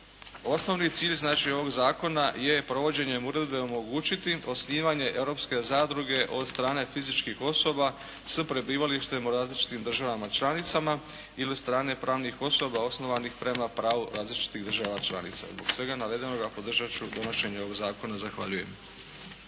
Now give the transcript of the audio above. osnovni cilj znači ovog zakona je provođenjem uredbe omogućiti osnivanje europske zadruge od strane fizičkih osoba s prebivalištem u različitim državama članicama i od strane pravnih osoba osnovanih prema pravu različitih država članica. Zbog svega navedenoga podržati ću donošenje ovog zakona. Zahvaljujem.